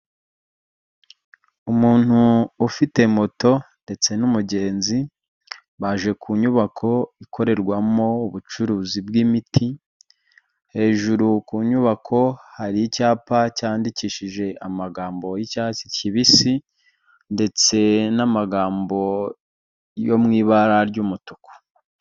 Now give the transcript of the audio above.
Umuntu ufite moto ndetse n'umugenzi, baje ku nyubako ikorerwamo ubucuruzi bw'imiti, hejuru ku nyubako, hari icyapa cyandikishije amagambo y'icyatsi kibisi ndetse n'amagambo yo mu ibara ry'umutuku.